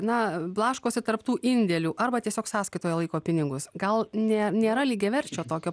na blaškosi tarp tų indėlių arba tiesiog sąskaitoje laiko pinigus gal ne nėra lygiaverčio tokio